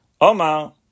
Omar